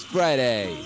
Friday